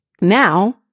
now